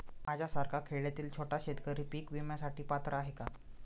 माझ्यासारखा खेड्यातील छोटा शेतकरी पीक विम्यासाठी पात्र आहे का?